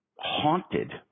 haunted